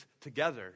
together